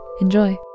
Enjoy